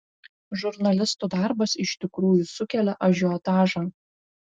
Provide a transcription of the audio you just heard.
žurnalistų darbas iš tikrųjų sukelia ažiotažą